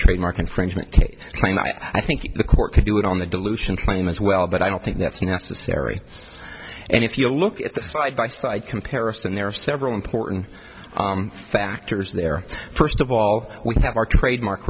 trademark infringement case i think the court could do it on the dilution claim as well but i don't think that's necessary and if you look at the side by side comparison there are several important factors there first of all we have our trademark